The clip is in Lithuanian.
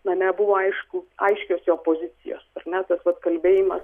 na nebuvo aišku aiškios jo pozicijos ne tas vat kalbėjimas